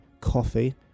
coffee